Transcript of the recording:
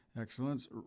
Excellence